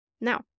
Now